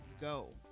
Go